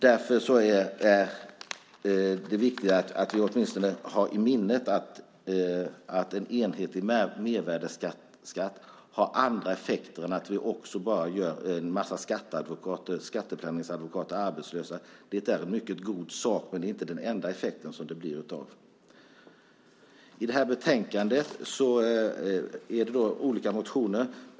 Därför är det viktigt att vi åtminstone har i minnet att en enhetlig mervärdesskatt har andra effekter än att vi gör en massa skatteplaneringsadvokater arbetslösa. Det är en god sak men det är inte den enda effekt man får. I betänkandet är det olika motioner.